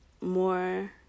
more